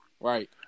Right